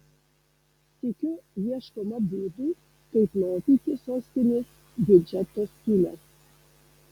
sykiu ieškoma būdų kaip lopyti sostinės biudžeto skyles